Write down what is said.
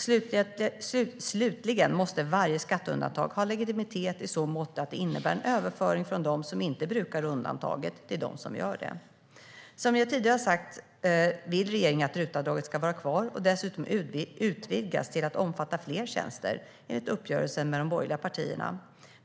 Slutligen måste varje skatteundantag ha legitimitet i så måtto att det innebär en överföring från dem som inte brukar undantaget till dem som gör det. Som jag tidigare har sagt vill regeringen att RUT-avdraget ska vara kvar och dessutom utvidgas till att omfatta fler tjänster, enligt uppgörelsen med de borgerliga partierna.